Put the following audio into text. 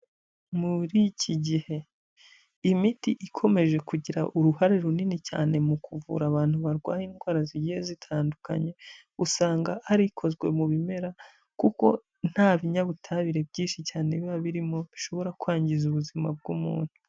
Muri iki gihe. Imiti ikomeje kugira uruhare runini cyane mu kuvura abantu barwaye indwara zigiye zitandukanye, usanga hari ikozwe mu bimera kuko ntabinyabutabire byinshi cyane biba birimo bishobora kwangiza ubuzima bw'umuntu.